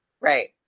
Right